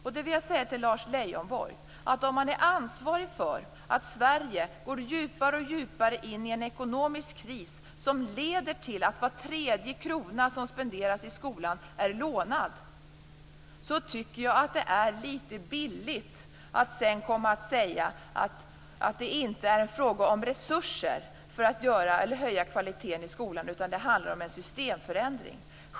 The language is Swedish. Jag vill säga till Lars Leijonborg att om man är ansvarig för att Sverige går djupare och djupare in i en ekonomisk kris, som leder till att var tredje krona som spenderas i skolan är lånad, tycker jag att det är litet billigt att sedan komma och säga att det inte är fråga om resurser för att höja kvaliteten i skolan, utan att det handlar om en systemförändring.